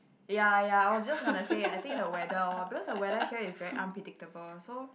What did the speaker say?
ya ya I was just gonna say I think the weather orh because the weather here is very unpredictable so